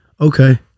Okay